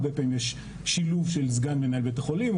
הרבה פעמים יש שילוב של סגן מנהל בית החולים,